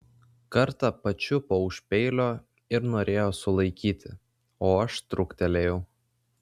kartą pačiupo už peilio ir norėjo sulaikyti o aš truktelėjau